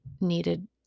needed